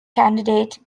candidate